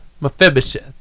Mephibosheth